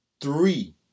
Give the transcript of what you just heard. three